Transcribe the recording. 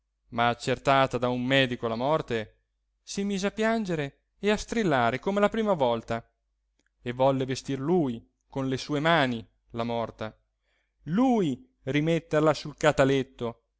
ma accertata da un medico la morte si mise a piangere e a strillare come la prima volta e volle vestir lui con le sue mani la morta lui rimetterla sul cataletto